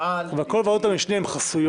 תפעל ממניעים --- אבל כל ועדות המשנה הן חסויות,